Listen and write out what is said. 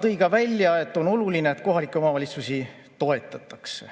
tõi ta välja, et on oluline, et kohalikke omavalitsusi toetatakse.